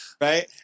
Right